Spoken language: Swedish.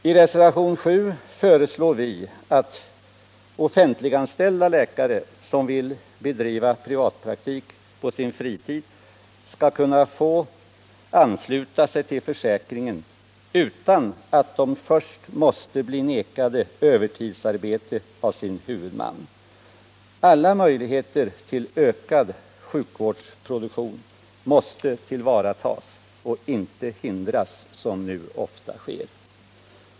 I reservation 7 föreslår vi att offentliganställda läkare som vill bedriva privatpraktik på sin fritid skall kunna få ansluta sig till försäkringen utan att de först måste vägras övertidsarbete av sin huvudman. Vi anser att alla möjligheter att skapa en ökad sjukvårdsproduktion måste tillvaratas — inte motarbetas, såsom nu ofta sker.